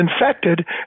infected